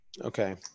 Okay